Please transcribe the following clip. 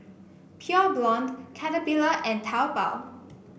Pure Blonde Caterpillar and Taobao